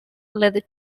led